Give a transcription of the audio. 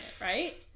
right